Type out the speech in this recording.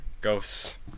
ghosts